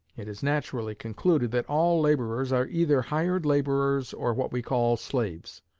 it is naturally concluded that all laborers are either hired laborers or what we call slaves.